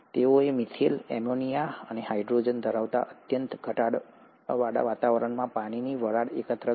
તેઓએ methane ammonia અને hydrogen ધરાવતાં અત્યંત ઘટાડાવાળા વાતાવરણમાં પાણીની વરાળ એકત્ર કરી